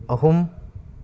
ꯑꯍꯨꯝ